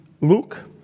Luke